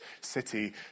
city